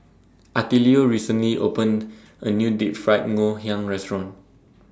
Attilio recently opened A New Deep Fried Ngoh Hiang Restaurant